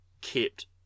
kept